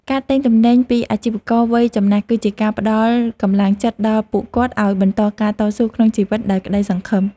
ការទិញទំនិញពីអាជីវករវ័យចំណាស់គឺជាការផ្ដល់កម្លាំងចិត្តដល់ពួកគាត់ឱ្យបន្តការតស៊ូក្នុងជីវិតដោយក្ដីសង្ឃឹម។